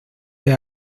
les